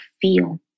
feel